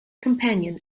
companion